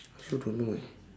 I also don't know eh